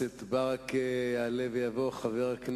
היעזרות בוועדות זמניות.